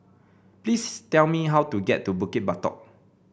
please tell me how to get to Bukit Batok